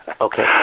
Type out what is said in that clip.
Okay